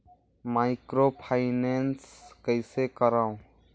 Microfinance कइसे करव?